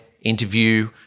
Interview